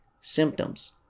symptoms